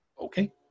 Okay